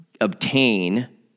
obtain